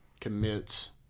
commits